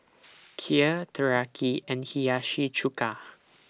Kheer Teriyaki and Hiyashi Chuka